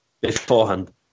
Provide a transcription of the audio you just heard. beforehand